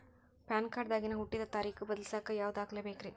PAN card ದಾಗಿನ ಹುಟ್ಟಿದ ತಾರೇಖು ಬದಲಿಸಾಕ್ ಯಾವ ದಾಖಲೆ ಬೇಕ್ರಿ?